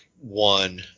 one